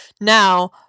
Now